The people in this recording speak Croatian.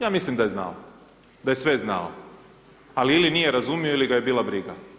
Ja mislim da je znao, da je sve znao, ali ili nije razumio ili ga je bila briga.